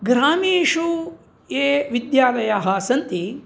ग्रामेषु ये विद्यालयाः सन्ति